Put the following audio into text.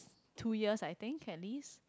two years I think at least